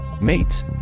Mates